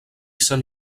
sant